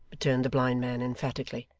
returned the blind man emphatically,